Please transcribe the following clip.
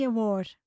Award